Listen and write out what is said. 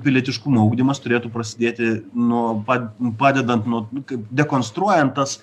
pilietiškumo ugdymas turėtų prasidėti nuo pat padedant nuo nu kaip dekonstruojant tas